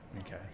Okay